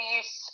use